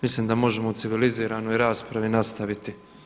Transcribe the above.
Mislim da možemo u civiliziranoj raspravi nastaviti.